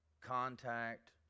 contact